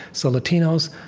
so, latinos,